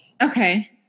Okay